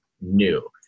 new